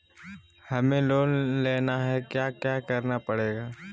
हमें लोन लेना है क्या क्या करना पड़ेगा?